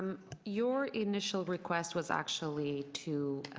um your initial request was actually to